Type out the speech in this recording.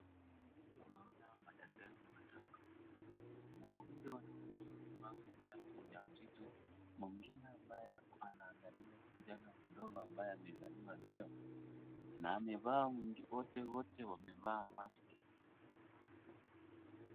Naona madaktari watatu, wawili wanahudumia huyu mama ambaye ni mjamzito, mwingine ambaye ako anaangalia kijana mdogo ambaye amezaliwa leo na amevaa wote wote wamevaa maski.